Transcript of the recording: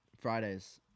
Fridays